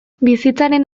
bizitzaren